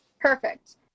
perfect